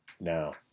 now